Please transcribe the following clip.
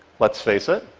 let's face it,